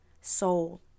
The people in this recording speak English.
soul